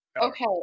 Okay